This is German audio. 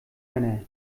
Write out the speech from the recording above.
männer